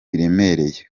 biremereye